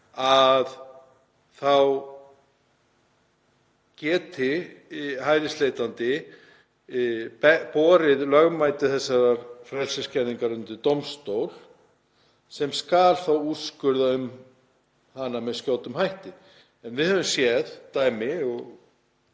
þá geti hælisleitandi borið lögmæti þessarar frelsisskerðingar undir dómstól sem skal þá úrskurða um hana með skjótum hætti. En við höfum séð dæmi og